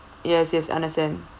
yes yes understand